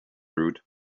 route